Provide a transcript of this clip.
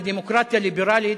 בדמוקרטיה ליברלית,